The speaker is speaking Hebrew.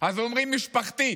אז אומרים משפחתית.